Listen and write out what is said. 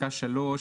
בפסקה (3)